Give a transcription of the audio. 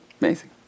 Amazing